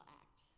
act